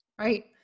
Right